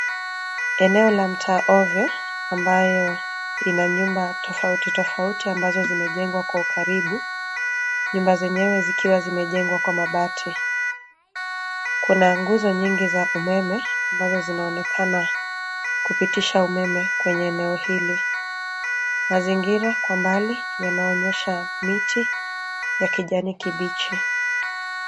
Eneo la mtaa ovyo ambalo lina nyumba tofauti tofauti ambazo zimejengwa kwa ukaribu. Nyumba zenyewe zikiwa zimejengwa Kwa mabati. Kuna nguzo nyingi za umeme ambazo zinaonekana kupitisha umeme kwenye eneo hili. Mazingira Kwa mbali yanaonyesha miti ya kijani kibichi .